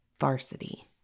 Varsity